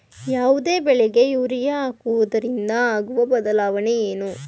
ಯಾವುದೇ ಬೆಳೆಗೆ ಯೂರಿಯಾ ಹಾಕುವುದರಿಂದ ಆಗುವ ಬದಲಾವಣೆ ಏನು?